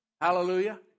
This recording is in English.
Hallelujah